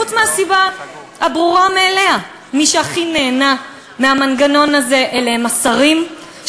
חוץ מהסיבה הברורה מאליה: מי שהכי נהנים מהמנגנון הזה אלה הם השרים,